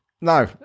no